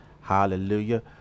Hallelujah